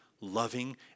loving